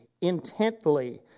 intently